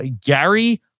Gary